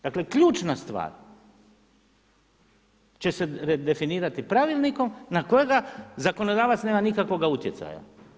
Dakle ključna stvar će se definirati pravilnikom na koga zakonodavac nema nikakvoga utjecaja.